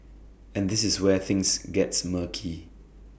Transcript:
and this is where things gets murky